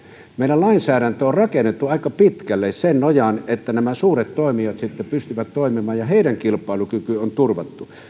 meidän lainsäädäntömme on rakennettu aika pitkälle sen nojaan että nämä suuret toimijat pystyvät toimimaan ja heidän kilpailukykynsä on turvattu